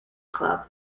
club